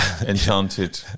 enchanted